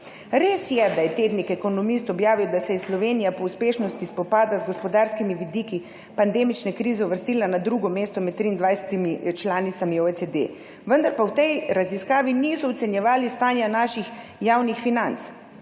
Res je, da je tednik Economist objavil, da se je Slovenija po uspešnosti spopada z gospodarskimi vidiki pandemične krize uvrstila na drugo mesto med 23 članicami OECD. Vendar pa v tej raziskavi niso ocenjevali stanja naših javnih financ.